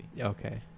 Okay